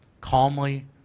Calmly